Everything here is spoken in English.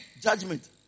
judgment